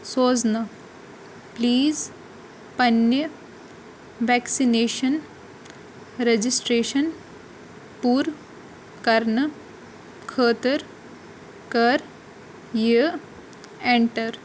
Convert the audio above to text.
سوزنہٕ پلیٖز پننہِ vaccination registration پوٗرٕ کرنہٕ خٲطٕر کر یہِ ایٚنٹر